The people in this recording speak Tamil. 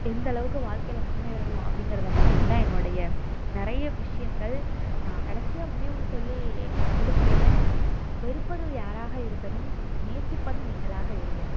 எந்தளவுக்கு வாழ்க்கையில முன்னேறணும் அப்படிங்கிறத பற்றியும் தான் என்னுடைய நிறைய விஷயங்கள் நான் கடைசியாக ஒன்றே ஒன்று சொல்லி முடித்துக்கிறேன் வெறுப்பது யாராக இருப்பினும் நேசிப்பது நீங்களாக இருங்கள்